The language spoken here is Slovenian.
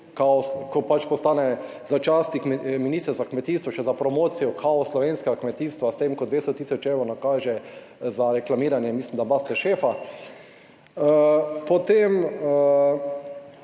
ko pač postane za časnik minister za kmetijstvo še za promocijo kao slovenskega kmetijstva, s tem, ko 200 tisoč evrov nakaže za reklamiranje, mislim, da Master šefa. Potem,